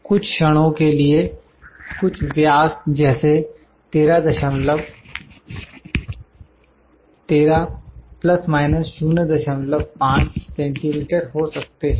कुछ क्षणों के लिए कुछ व्यास जैसे 13 ± 05 सेंटीमीटर हो सकते हैं